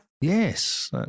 Yes